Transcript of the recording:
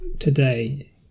today